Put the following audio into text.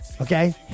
Okay